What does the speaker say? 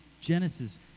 Genesis